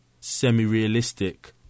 semi-realistic